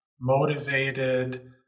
motivated